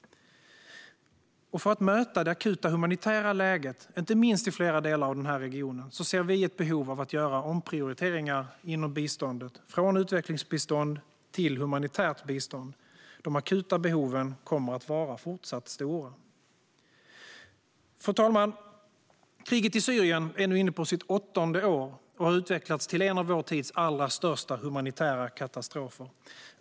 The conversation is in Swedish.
För att möta det akuta humanitära läget, inte minst i flera delar av den här regionen, ser vi ett behov av att göra omprioriteringar inom biståndet från utvecklingsbistånd till humanitärt bistånd. De akuta behoven kommer att vara fortsatt stora. Fru talman! Kriget i Syrien är nu inne på sitt åttonde år och har utvecklats till en av vår tids allra största humanitära katastrofer.